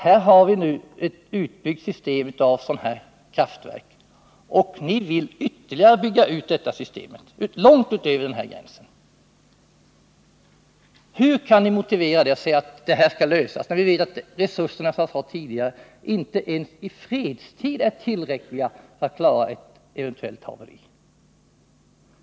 Vi har nu ett utbyggt system av sådana här kraftverk, och ni vill ytterligare bygga ut detta system, långt utöver den nuvarande gränsen. Hur kan ni motivera det, och hur kan ni säga att problemen skall lösas? Vi vet att de resurser som vi har fått tidigare inte är tillräckliga ens i fredstid för att klara ett eventuellt haveri.